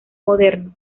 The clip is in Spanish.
moderno